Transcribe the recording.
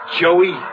Joey